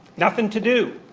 nothing to do.